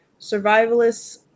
survivalists